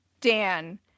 Dan